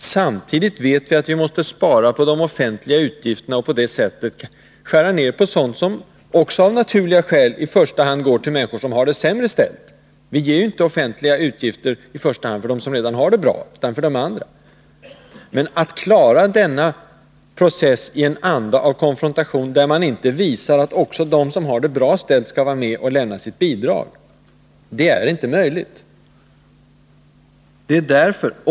Samtidigt vet vi att vi måste spara på de offentliga utgifterna och på det sättet skära ned på sådant som, också av naturliga skäl, i första hand går till människor som har det sämre ställt. Vi tar inte på oss offentliga utgifter i första hand för dem som redan har det bra utan för de andra. Men att klara denna process i en anda av konfrontation, där man inte visar att också de som har det bra ställt skall vara med och lämna sitt bidrag, det är inte möjligt.